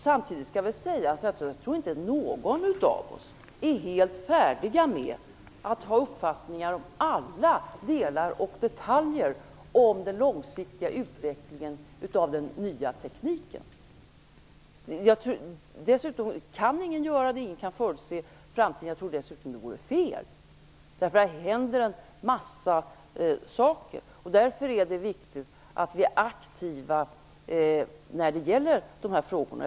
Samtidigt skall väl sägas, att jag tror inte att någon av oss har helt färdiga uppfattningar om alla delar och detaljer i fråga om den långsiktiga utvecklingen av den nya tekniken. Ingen har det - ingen kan förutse framtiden. Jag tror dessutom att det vore fel. Det händer en massa saker, och därför är det viktigt att vi är aktiva när det gäller de här frågorna.